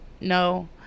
No